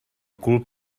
cul